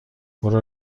برو